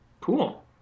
Cool